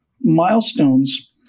milestones